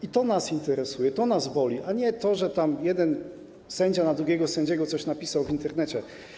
I to nas interesuje, to nas boli, a nie to, że jeden sędzia na drugiego sędziego coś napisał w Internecie.